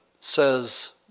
says